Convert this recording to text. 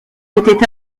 était